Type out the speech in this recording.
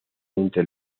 entre